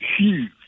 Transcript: huge